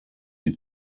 die